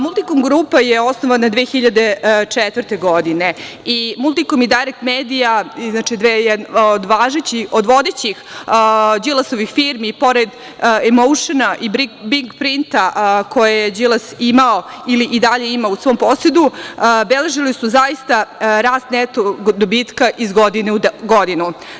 Multikom grupa" je osnovana 2004. godine i "Multikom" i "Dajrekt medija", od vodećih Đilasovih firmi, pored "Emoušona" i "Big printa" koje je Đilas imao ili i dalje ima u svom posedu, beležile su zaista rast neto dobitka iz godine u godinu.